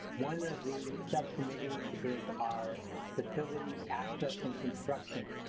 one of the subcommittees is our facilities' access and construction.